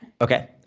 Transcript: Okay